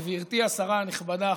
גברתי השרה הנכבדה,